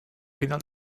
final